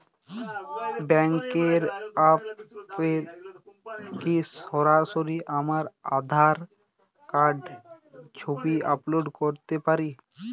ব্যাংকের অ্যাপ এ কি সরাসরি আমার আঁধার কার্ড র ছবি আপলোড করতে পারি?